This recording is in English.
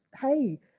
hey